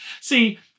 See